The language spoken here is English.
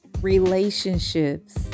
relationships